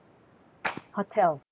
hotel